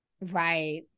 Right